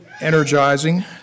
energizing